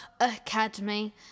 Academy